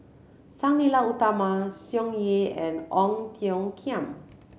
Sang Nila Utama Song Yeh and Ong Tiong Khiam